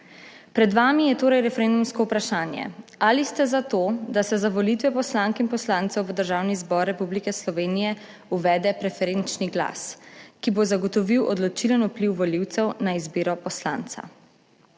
Pred vami je torej referendumsko vprašanje: ali ste za to, da se za volitve poslank in poslancev v Državni zbor Republike Slovenije uvede preferenčni glas, ki bo zagotovil odločilen vpliv volivcev na izbiro poslanca.